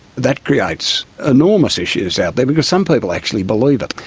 that creates enormous issues out there because some people actually believe it.